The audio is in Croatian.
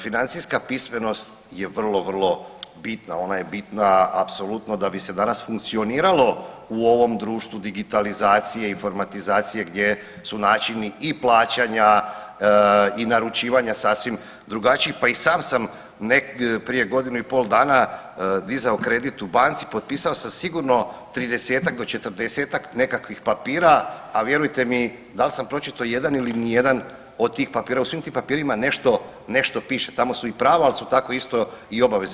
Financijska pismenost je vrlo, vrlo bitna, ona je bitna apsolutno da bi se danas funkcioniralo u ovom društvu digitalizacije i informatizacije gdje su načini i plaćanja i naručivanja sasvim drugačiji, pa i sam sam prije godinu i pol dana dizao kredit u banci, potpisao sam sigurno 30-ak do 40-ak nekakvih papira, a vjerujte mi, da l' sam pročitao jedan ili nijedan od tih papira, u svim tim papirima nešto piše, tamo su i prava, ali su tako isto i obaveze.